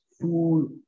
full